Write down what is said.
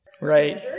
Right